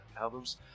albums